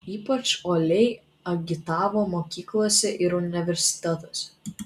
ypač uoliai agitavo mokyklose ir universitetuose